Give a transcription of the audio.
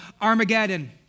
Armageddon